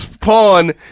pawn